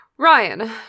Ryan